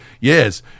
yes